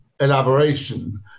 elaboration